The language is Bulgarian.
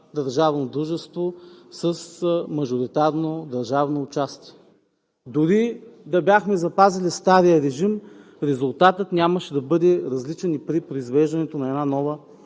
държавно дружество с мажоритарно държавно участие. Дори да бяхме запазили стария режим, резултатът нямаше да бъде различен. При произвеждането на една нова